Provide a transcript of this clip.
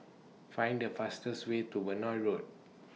Find The fastest Way to Benoi Road